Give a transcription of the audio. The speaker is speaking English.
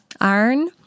iron